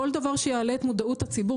כל דבר שיעלה את מודעות הציבור,